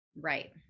Right